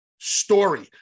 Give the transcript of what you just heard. Story